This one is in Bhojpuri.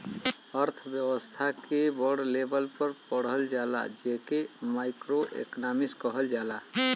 अर्थव्यस्था के बड़ लेवल पे पढ़ल जाला जे के माइक्रो एक्नामिक्स कहल जाला